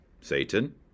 Satan